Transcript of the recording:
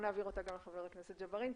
אעביר אותה גם לחבר הכנסת יוסף ג'בארין,